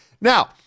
Now